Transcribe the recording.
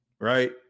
right